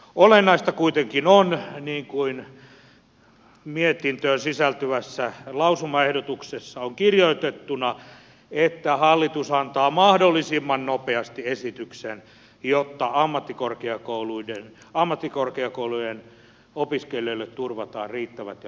olennaista kuitenkin on niin kuin mietintöön sisältyvässä lausumaehdotuksessa on kirjoitettuna että hallitus antaa mahdollisimman nopeasti esityksen jotta ammattikorkeakoulujen opiskelijoille turvataan riittävät ja laadukkaat terveyspalvelut